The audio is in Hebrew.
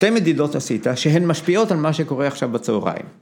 ‫שתי מדידות עשית, שהן משפיעות ‫על מה שקורה עכשיו בצהריים.